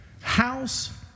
House